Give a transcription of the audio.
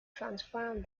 transform